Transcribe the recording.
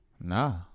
Nah